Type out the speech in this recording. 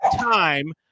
time